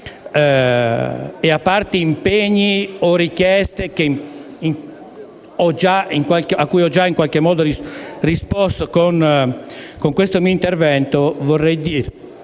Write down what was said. e a parte gli impegni o le richieste a cui ho già in qualche modo risposto con questo mio intervento, vorrei dire